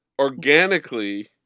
organically